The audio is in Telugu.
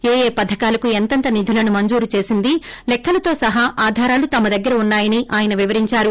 ఏఏ పథకాలకు ఎంతెంత నిధులను మంజూరు చేసింది లెక్కలతో సహా ఆధారాలు తమ దగ్గర ఉన్నాయని ఆయన వివరించారు